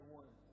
one